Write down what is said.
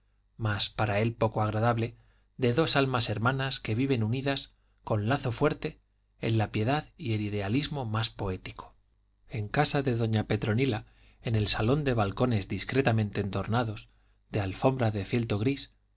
mas para él poco agradable de dos almas hermanas que viven unidas con lazo fuerte en la piedad y el idealismo más poético en casa de doña petronila en el salón de balcones discretamente entornados de alfombra de fieltro gris